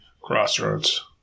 Crossroads